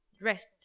rest